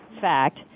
fact